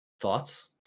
Thoughts